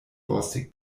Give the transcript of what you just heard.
borstig